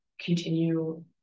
continue